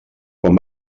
quan